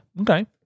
Okay